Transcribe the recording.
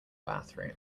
bathroom